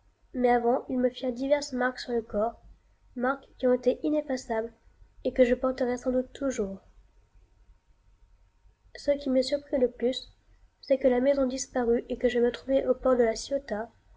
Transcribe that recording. mais avant ils me firent diverses marques sur le corps marques qui ont été ineffaçables et que je porterai sans doute toujours ce qui me surprit le plus c'est que la maison disparut et que je me trouvai aux portes de la ciotat